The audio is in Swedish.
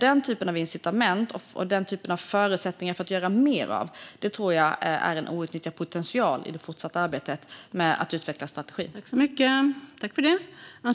Den typen av incitament och förutsättningar att göra mer av tror jag är en outnyttjad potential i det fortsatta arbetet med att utveckla strategin.